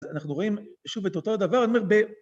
אנחנו רואים שוב את אותו הדבר, אני אומר,